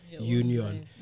union